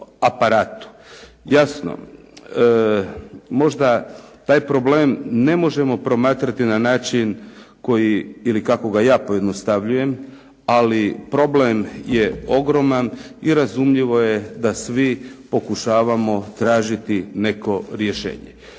Jasno možda taj problem možda ne možemo promatrati na način koji ili kako ga ja pojednostavljujem, ali problem je ogroman i razumljivo je da svi pokušavamo tražiti neko rješenje.